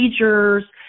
procedures